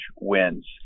wins